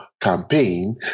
campaign